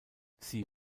sie